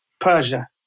Persia